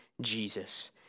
Jesus